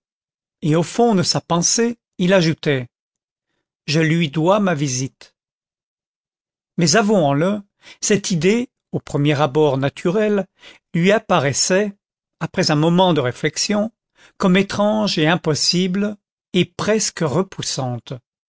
et au fond de sa pensée il ajoutait je lui dois ma visite mais avouons-le cette idée au premier abord naturelle lui apparaissait après un moment de réflexion comme étrange et impossible et presque repoussante